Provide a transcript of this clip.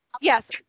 yes